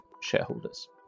shareholders